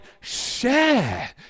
share